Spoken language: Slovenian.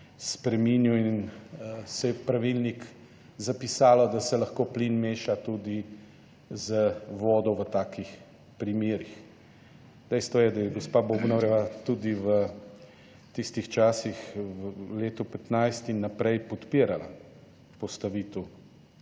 spreminjal in se je pravilnik zapisalo, da se lahko plin meša tudi z vodo v takih primerih. Dejstvo je, da je gospa Bobnarjeva tudi v tistih časih v letu 2015 in naprej podpirala postavitev